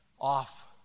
off